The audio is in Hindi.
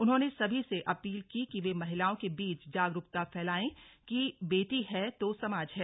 उन्होंने सभी से अपील की कि वे महिलाओं के बीच जागरूकता फैलाएं कि बेटी है तो समाज है